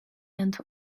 and